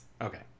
Okay